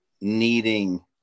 needing